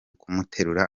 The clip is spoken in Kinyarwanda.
kumuterura